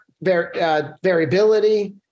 variability